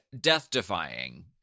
death-defying